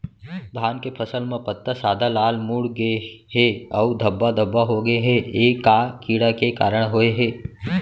धान के फसल म पत्ता सादा, लाल, मुड़ गे हे अऊ धब्बा धब्बा होगे हे, ए का कीड़ा के कारण होय हे?